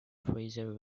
fraser